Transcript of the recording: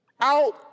out